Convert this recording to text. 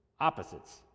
opposites